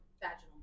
vaginal